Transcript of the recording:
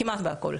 כמעט בכול.